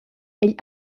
egl